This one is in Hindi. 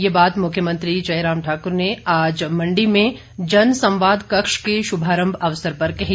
ये बात मुख्यमंत्री जयराम ठाकुर ने आज मंडी में जन संवाद कक्ष के शुभारंभ अवसर पर कही